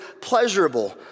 pleasurable